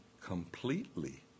completely